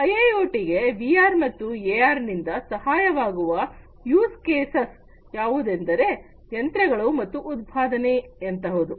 IIoT ಗೆ VR ಮತ್ತು AR ನಿಂದ ಸಹಾಯವಾಗುವ ಯೂಸ್ ಕೇಸಸ್ ಯಾವುವೆಂದರೆ ಯಂತ್ರಗಳು ಮತ್ತು ಉತ್ಪಾದನೆ ಎಂತಹುದು